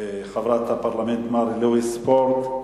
חברת הפרלמנט מארי-לואיס פורט,